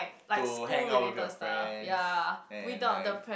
to hang out with your friends and like